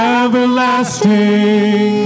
everlasting